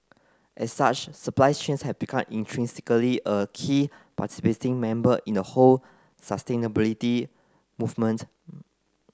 as such supply chains have become intrinsically a key participating member in the whole sustainability movement